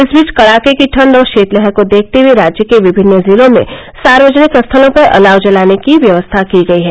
इस बीच कड़ाके की ठंड और षीतलहर को देखते हुये राज्य के विभिन्न जिलों में सार्वजनिक स्थलों पर अलाव जलाने की व्यवस्था की गयी है